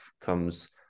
comes